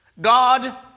God